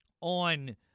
on